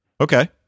Okay